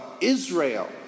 Israel